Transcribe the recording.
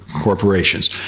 corporations